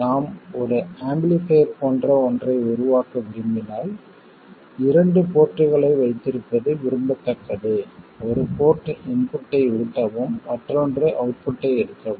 நாம் ஒரு ஆம்பிளிஃபைர் போன்ற ஒன்றை உருவாக்க விரும்பினால் இரண்டு போர்ட்களை வைத்திருப்பது விரும்பத்தக்கது ஒரு போர்ட் இன்புட்டை ஊட்டவும் மற்றொன்று அவுட்புட்டை எடுக்கவும்